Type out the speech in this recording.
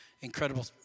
incredible